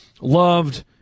loved